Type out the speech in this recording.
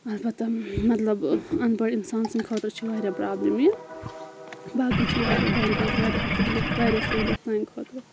اَلبَتہ مطلب اَن بڑٕ اِنسان سٕنٛدِ خٲطرٕ چھُ واریاہ پرابلِم یہِ باقٕے چھِ یہِ واریاہ بینٛکِنٛگ چھِ واریاہ سہوٗلیت واریاہ سہوٗلیت سانہِ خٲطرٕ